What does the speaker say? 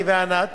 אתי וענת,